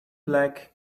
black